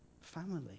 family